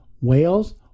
whales